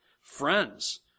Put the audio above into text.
friends